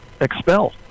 expel